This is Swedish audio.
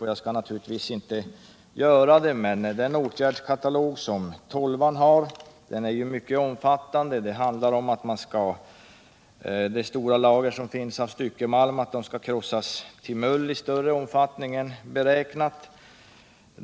Det skall jag naturligtvis inte göra, men den åtgärdskatalog som Gruv 12-an har är mycket omfattande. Den handlar bl.a. om att de stora lagren av styckemalm skall krossas till mull i större omfattning än beräknat.